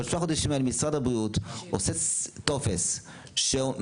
ובשלושת החודשים האלה משרד הבריאות עושה טופס שמגדיר